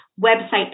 website